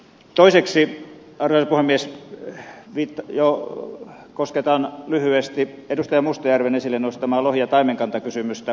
toiseksi arvoisa puhemies kosketan lyhyesti edustaja mustajärven esille nostamaa lohi ja taimenkantakysymystä